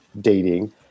dating